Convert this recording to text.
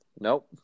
Nope